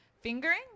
fingering